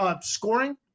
scoring